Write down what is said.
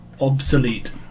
obsolete